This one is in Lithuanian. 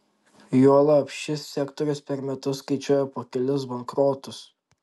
juolab šis sektorius per metus skaičiuoja po kelis bankrotus